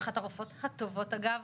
אחת הרופאות הטובות אגב,